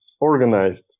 organized